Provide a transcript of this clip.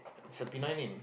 it's a Pinoy name